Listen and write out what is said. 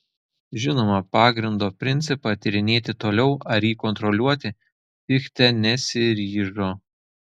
žinoma pagrindo principą tyrinėti toliau ar jį kontroliuoti fichte nesiryžo